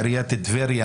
עיריית טבריה.